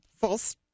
false